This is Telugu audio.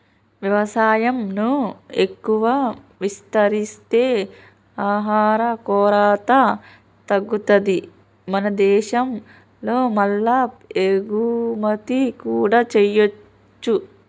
వ్యవసాయం ను ఎక్కువ విస్తరిస్తే ఆహార కొరత తగ్గుతది మన దేశం లో మల్ల ఎగుమతి కూడా చేయొచ్చు